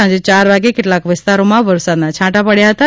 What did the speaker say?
સાંજે ચાર વાગે કેટલાક વિસ્તારોમાં વરસાદના છાંટા પડ્યા હતાં